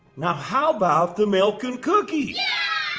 now, how about the milk and cookies? yeah!